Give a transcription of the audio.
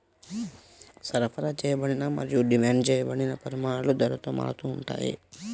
సరఫరా చేయబడిన మరియు డిమాండ్ చేయబడిన పరిమాణాలు ధరతో మారుతూ ఉంటాయి